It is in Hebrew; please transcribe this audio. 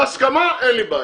בהסכמה, אין לי בעיה.